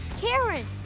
Karen